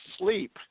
sleep